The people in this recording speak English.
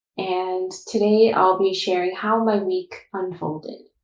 and today i'll be sharing how my week unfolded.